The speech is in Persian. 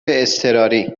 اضطراری